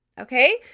Okay